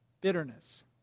Bitterness